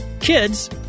kids